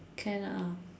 can ah